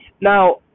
now